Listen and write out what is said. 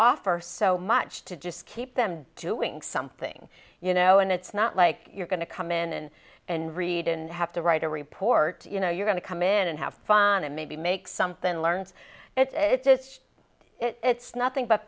offer so much to just keep them doing something you know and it's not like you're going to come in and and read and have to write a report you know you're going to come in and have fun and maybe make something learns it's just it's nothing but